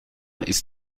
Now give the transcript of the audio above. ist